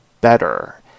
better